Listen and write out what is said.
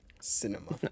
Cinema